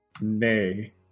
Nay